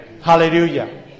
Hallelujah